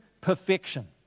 perfection